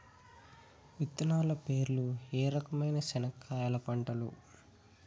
విత్తనాలు పేర్లు ఏ రకమైన చెనక్కాయలు పంటలు?